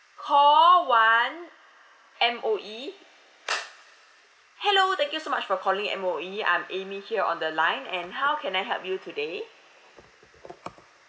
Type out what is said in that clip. call one M_O_E hello thank you so much for calling M_O_E I'm amy here on the line and how can I help you today